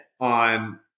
on